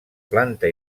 planta